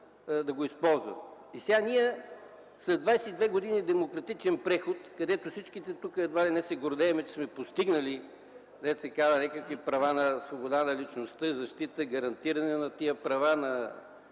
са на власт. Сега след 22 години демократичен преход, където всички едва ли не се гордеем, че сме постигнали някакви права на свобода на личността, защита и гарантиране на тези права на